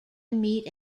meet